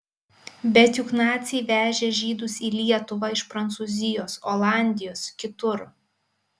bet juk naciai vežė žydus į lietuvą iš prancūzijos olandijos kitur